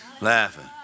laughing